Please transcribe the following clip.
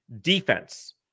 Defense